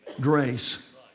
grace